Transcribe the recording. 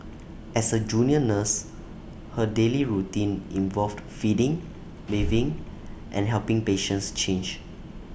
as A junior nurse her daily routine involved feeding bathing and helping patients change